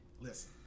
listen